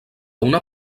una